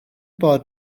bod